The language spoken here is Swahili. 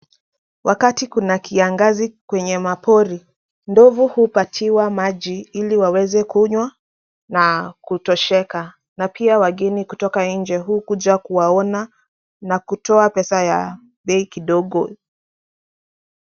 Wakati kwenye kiangazi katika mapori. Ndovu hupatiwa maji ili waweze kunywaena kutosheka na pia wageni kutoka nje huja kuwaona na kutoa pesa ya bei kidogo.